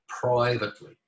privately